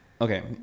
Okay